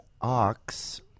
Ox